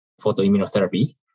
photoimmunotherapy